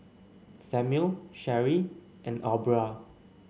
Samuel Cherie and Aubra